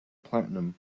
platinum